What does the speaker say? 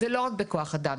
זה לא רק בכוח אדם,